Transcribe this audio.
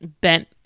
bent